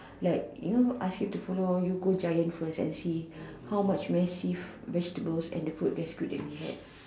like you know ask him to follow you giant and see how much massive vegetable and the food that's good that we had